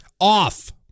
off